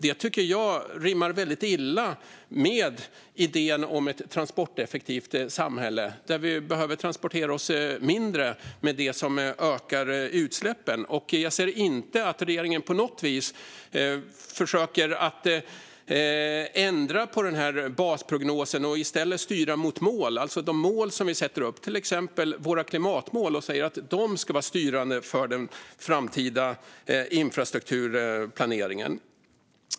Det tycker jag rimmar väldigt illa med idén om ett transporteffektivt samhälle, där vi behöver transportera oss mindre med det som ökar utsläppen. Jag ser inte att regeringen på något vis försöker ändra på denna basprognos och i stället styra mot mål. Det handlar alltså om de mål som vi sätter upp, till exempel våra klimatmål, och om att säga att de ska vara styrande för den framtida infrastrukturplaneringen.